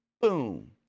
boom